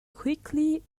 quickly